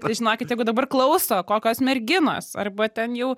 tai žinokit jeigu dabar klauso kokios merginos arba ten jau